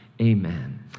Amen